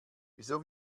wieso